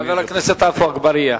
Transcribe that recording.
חבר הכנסת עפו אגבאריה,